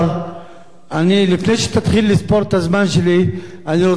לפני שתתחיל לספור את הזמן שלי אני רוצה להעיר הערה